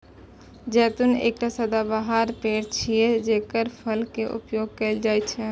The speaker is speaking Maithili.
जैतून एकटा सदाबहार पेड़ छियै, जेकर फल के उपयोग कैल जाइ छै